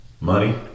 Money